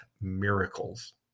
miracles